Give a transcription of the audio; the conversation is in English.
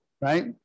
right